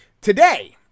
Today